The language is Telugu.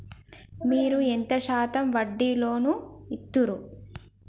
మీరు ఎంత శాతం వడ్డీ లోన్ ఇత్తరు?